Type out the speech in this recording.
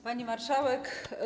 Pani Marszałek!